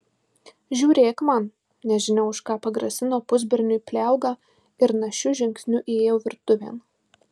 žiūrėk man nežinia už ką pagrasino pusberniui pliauga ir našiu žingsniu įėjo virtuvėn